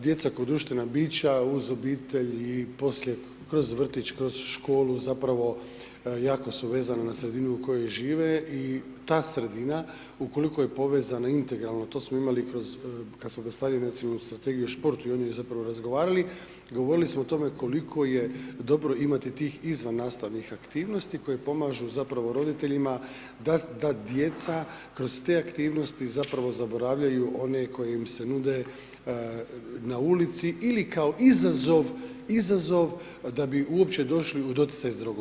Djeca ko društvena bića uz obitelj i poslije kroz vrtić, kroz školu zapravo jako su vezana na sredinu u kojoj žive i ta sredina ukoliko je povezana integralno to smo imali kroz, kad smo dostavljali Nacionalnu strategiju o športu i o njoj zapravo razgovarali, govorili smo o tome koliko je dobro imati tih izvannastavnih aktivnosti koje pomažu zapravo roditeljima da djeca kroz te aktivnosti zapravo zaboravljaju one koje im se nude na ulici ili kao izazov, izazov da bi uopće došli u doticaj s drogom.